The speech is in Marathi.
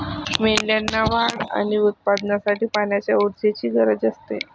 मेंढ्यांना वाढ आणि उत्पादनासाठी पाण्याची ऊर्जेची गरज असते